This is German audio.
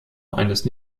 eines